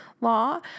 law